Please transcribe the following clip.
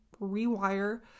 rewire